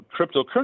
cryptocurrency